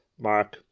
Mark